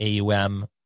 AUM